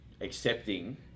accepting